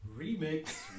Remix